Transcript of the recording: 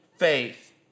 faith